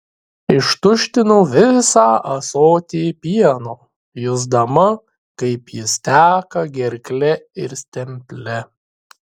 ištuštinau visą ąsotį pieno jusdama kaip jis teka gerkle ir stemple